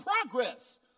progress